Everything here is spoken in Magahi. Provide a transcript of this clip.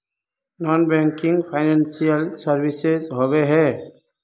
नॉन बैंकिंग फाइनेंशियल सर्विसेज होबे है?